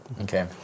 Okay